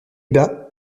bas